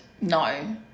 No